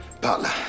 butler